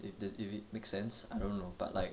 if the if it make sense I don't know but like